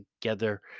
together